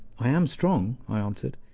i am strong, i answered,